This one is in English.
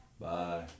Bye